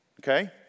Okay